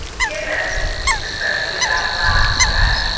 given especially that last set.